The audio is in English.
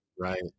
right